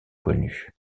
connue